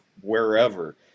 wherever